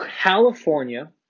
California